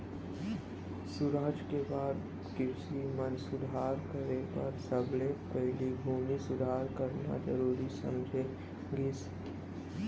सुराज के बाद कृसि म सुधार करे बर सबले पहिली भूमि सुधार करना जरूरी समझे गिस